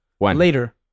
later